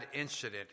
incident